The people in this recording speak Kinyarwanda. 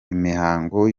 imihango